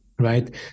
right